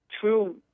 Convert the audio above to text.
true